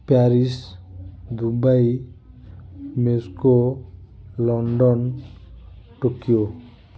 Paris Dubai Moscow London Tokyo